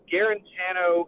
Garantano